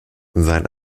sein